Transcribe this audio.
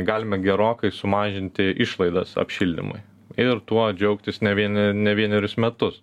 galime gerokai sumažinti išlaidas apšildymui ir tuo džiaugtis ne vieni ne vienerius metus